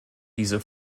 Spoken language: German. diese